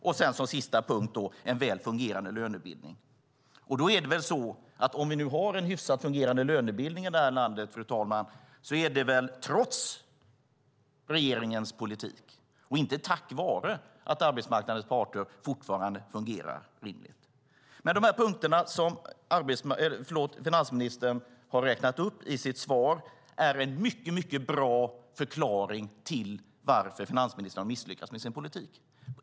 Som sista punkt nämner finansministern en väl fungerande lönebildning. Har vi en hyfsat fungerande lönebildning här i landet, fru talman, är det trots regeringens politik, inte tack vare, som arbetsmarknadens parter fortfarande fungerar rimligt. De punkter som finansministern har räknat upp i sitt svar är en mycket bra förklaring till varför finansministern har misslyckats med sin politik.